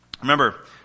Remember